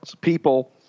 people